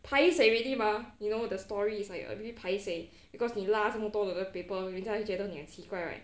paiseh already mah you know the story is like already paiseh because 你拉这么多的 toilet paper 人家就觉得你很奇怪 right